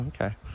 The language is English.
okay